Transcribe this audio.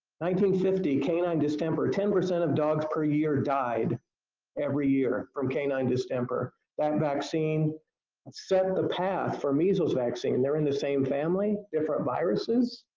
fifty, canine distemper. ten percent of dogs per year died every year from canine distemper. that vaccine set the path for measles vaccine. and they're in the same family, different viruses,